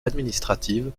administratives